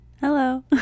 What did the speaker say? Hello